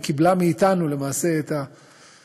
ולמעשה היא קיבלה מאתנו את הקלטות,